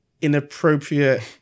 inappropriate